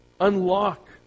unlock